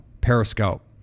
Periscope